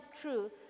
true